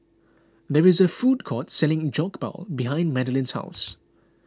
there is a food court selling Jokbal behind Madalynn's house